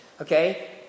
okay